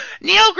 Neil